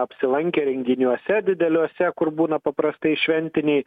apsilankė renginiuose dideliuose kur būna paprastai šventiniai